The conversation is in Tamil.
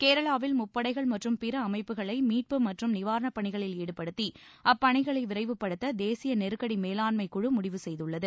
கேரளாவில் முப்படைகள் மற்றும் பிற அமைப்புகளை மீட்பு மற்றும் நிவாரணப்பணிகளில் ஈடுபடுத்தி அப்பணிகளை விரைவுப்படுத்த தேசிய நெருக்கடி மேலாண்மைக்குழு முடிவு செய்துள்ளது